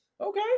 Okay